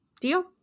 Deal